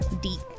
deep